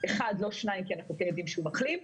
אחד ולא שניים כי אנחנו יודעים שהוא מחלים.